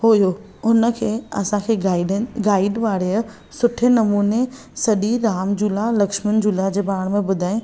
हुयो हुन खे असां खे गाइडेन गाइड वारे सुठे नमूने सॼी राम झुला लक्ष्मण झुला जे ॿारे में ॿुधाईं